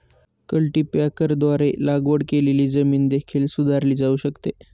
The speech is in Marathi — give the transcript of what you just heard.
कल्टीपॅकरद्वारे लागवड केलेली जमीन देखील सुधारली जाऊ शकते